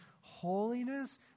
holiness